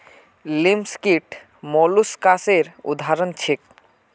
लिमस कीट मौलुसकासेर उदाहरण छीके